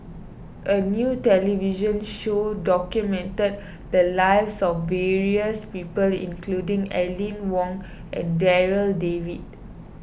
a new television show documented the lives of various people including Aline Wong and Darryl David